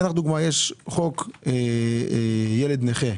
למשל, יש חוק ילד נכה,